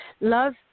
Love